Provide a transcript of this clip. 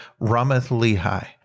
Ramath-Lehi